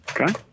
Okay